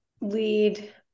lead